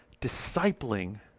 discipling